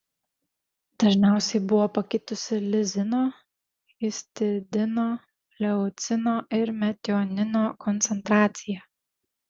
dažniausiai buvo pakitusi lizino histidino leucino ir metionino koncentracija